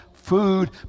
food